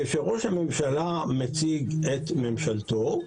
כאשר ראש הממשלה מציג את ממשלתו,